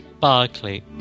Barclay